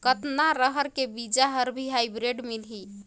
कतना रहर के बीजा हर भी हाईब्रिड मिलही?